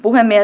puhemies